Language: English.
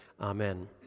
Amen